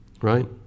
Right